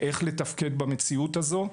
איך לתפקד במציאות הזו.